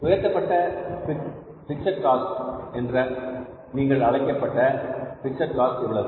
உயர்த்தப்பட்ட fixed cost என்று நீங்கள் அழைக்கும் உயர்த்தப்பட்ட பிக்ஸட் காஸ்ட் எவ்வளவு